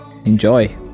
enjoy